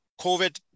COVID